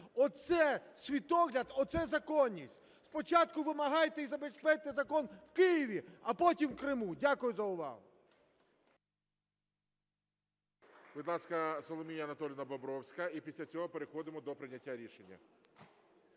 Оце світогляд, оце законність. Спочатку вимагайте і забезпечте закон в Києві, а потім в Криму. Дякую за увагу.